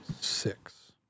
six